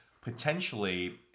potentially